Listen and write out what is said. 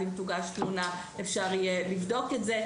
אם תוגש תלונה אפשר יהיה לבדוק את זה,